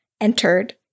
entered